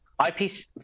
IPC